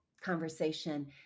conversation